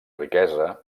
riquesa